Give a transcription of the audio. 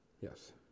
Yes